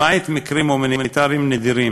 למעט מקרים הומניטריים נדירים,